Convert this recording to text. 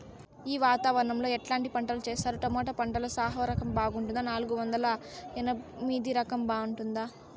ఈ వాతావరణం లో ఎట్లాంటి పంటలు చేస్తారు? టొమాటో పంటలో సాహో రకం బాగుంటుందా నాలుగు వందల నలభై ఎనిమిది రకం బాగుంటుందా?